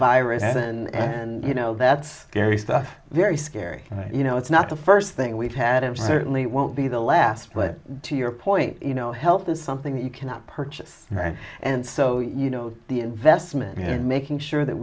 virus and and you know that's scary stuff very scary and you know it's not the first thing we've had and certainly won't be the last but to your point you know health is something that you cannot purchase right and so you know the investment in making sure that